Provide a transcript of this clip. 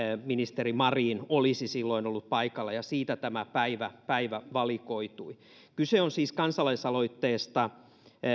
ministeri marin olisi paikalla ja siitä tämä päivä päivä valikoitui kyse on siis kansalaisaloitteesta